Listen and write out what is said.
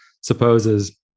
supposes